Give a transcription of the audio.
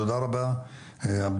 תודה רבה עבדאללה,